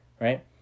Right